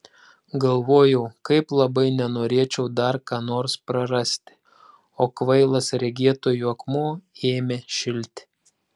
galvojau kaip labai nenorėčiau dar ką nors prarasti o kvailas regėtojų akmuo ėmė šilti